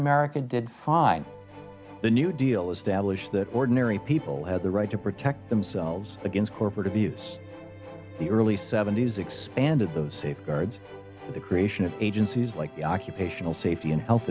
america did fine the new deal established that ordinary people have the right to protect themselves against corporate abuse the early seventy's expanded those safeguards the creation of agencies like the occupational safety and health